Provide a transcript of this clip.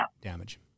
damage